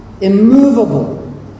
immovable